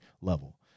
level